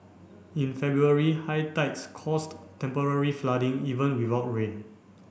in February high tides caused temporary flooding even without rain